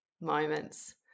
moments